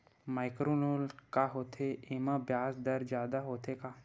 Micro loan का होथे येमा ब्याज दर जादा होथे का?